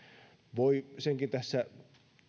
voi senkin tässä